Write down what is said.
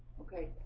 Okay